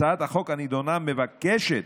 הצעת החוק הנדונה מבקשת,